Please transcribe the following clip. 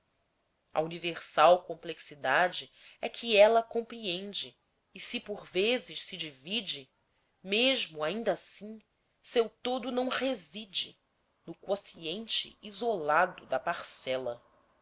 a universal complexidade é que ela compreende e se por vezes se divide mesmo ainda assim seu todo não residencia no quociente isolado da parcela